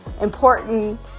important